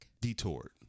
Detoured